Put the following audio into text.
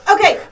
Okay